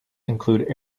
include